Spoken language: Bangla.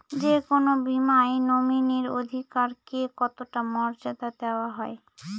যে কোনো বীমায় নমিনীর অধিকার কে কতটা মর্যাদা দেওয়া হয়?